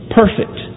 perfect